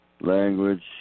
Language